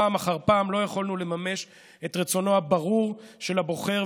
פעם אחר פעם לא יכולנו לממש את רצונו הברור של הבוחר,